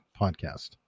podcast